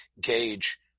gauge